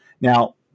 Now